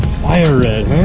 fire red,